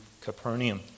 Capernaum